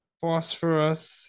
Phosphorus